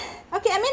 okay I mean